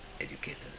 educators